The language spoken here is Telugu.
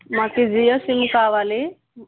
నాకు జియో సిమ్ కావాలి